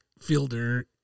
fielder